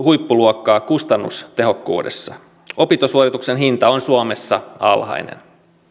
huippuluokkaa kustannustehokkuudessa opintosuorituksen hinta on suomessa alhainen